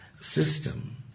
system